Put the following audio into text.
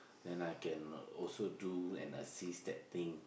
then I can also do and assist that thing